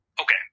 Okay